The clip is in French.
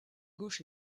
gauche